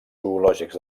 zoològics